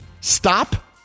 Stop